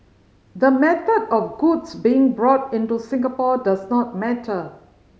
the method of goods being brought into Singapore does not matter